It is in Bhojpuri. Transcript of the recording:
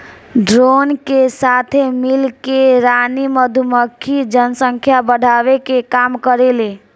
ड्रोन के साथे मिल के रानी मधुमक्खी जनसंख्या बढ़ावे के काम करेले